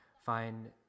find